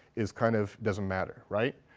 is kind of doesn't matter, right.